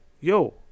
yo